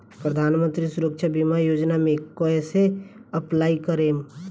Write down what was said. प्रधानमंत्री सुरक्षा बीमा योजना मे कैसे अप्लाई करेम?